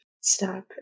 stop